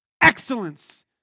Excellence